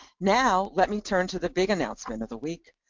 now let me turn to the big announcement of the week.